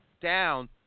down